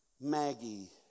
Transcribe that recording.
Maggie